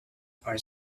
are